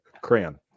Crayon